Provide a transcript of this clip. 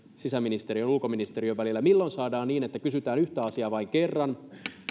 sisäministeriön ulkoministeriön välillä milloin saadaan aidosti niin että kysytään yhtä asiaa vain kerran